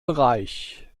bereich